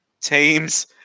Teams